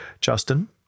Justin